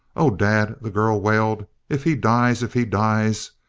oh, dad, the girl wailed, if he dies if he dies